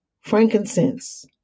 Frankincense